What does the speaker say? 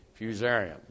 Fusarium